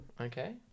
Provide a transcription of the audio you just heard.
Okay